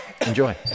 Enjoy